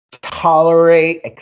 tolerate